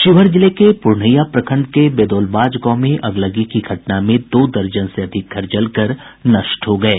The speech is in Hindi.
शिवहर जिले के प्रनहिया प्रखंड के बेदौलबाज गांव में अगलगी की घटना में दो दर्जन से अधिक घर जलकर नष्ट हो गये